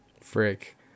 Frick